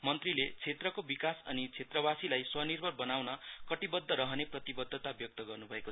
मन्त्रीले क्षेत्रको विकास अनि क्षेत्रवासीलाई स्वानिर्भर बनाउन कटिबद्ध रहने प्रतिबद्धता व्यक्त गर्नु भयो